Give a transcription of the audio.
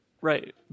Right